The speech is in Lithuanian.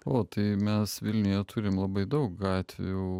o tai mes vilniuje turim labai daug gatvių